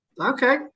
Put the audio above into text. Okay